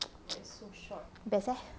best eh